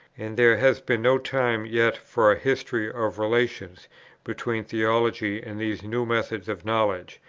and there has been no time yet for a history of relations between theology and these new methods of knowledge,